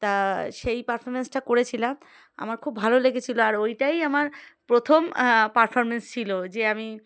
তা সেই পারফরমেন্সটা করেছিলাম আমার খুব ভালো লেগেছিলো আর ওইটাই আমার প্রথম পারফরম্যেন্স ছিল যে আমি